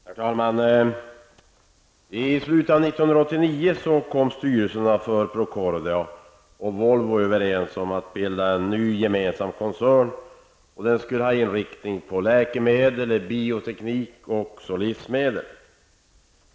Herr talman! I slutet av 1989 kom styrelserna för Procordia och Volvo överens om att bilda en ny, gemensam koncern med inriktning på läkemedel, bioteknik och livsmedel.